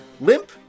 Limp